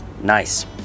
nice